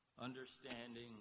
understanding